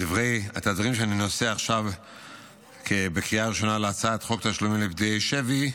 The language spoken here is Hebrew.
הדברים שאני נושא עכשיו בקריאה ראשונה על הצעת חוק תשלומים לפדויי שבי,